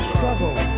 Struggle